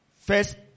First